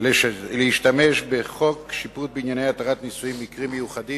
להשתמש בחוק שיפוט בענייני התרת נישואין (מקרים מיוחדים),